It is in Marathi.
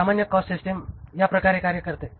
सामान्य कॉस्ट सिस्टिम या प्रकारे कार्य करते